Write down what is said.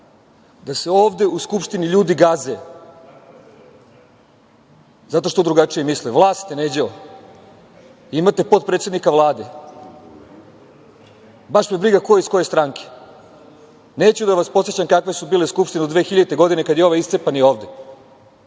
da se ovde u Skupštini ljudi gaze, zato što drugačije misle. Vlast, Neđo, imate potpredsednika Vlada, baš me briga ko je iz koje stranke. Neću da vas podsećam kakve su bile skupštine u 2000. godine kada je onaj iscepani ovde,